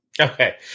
Okay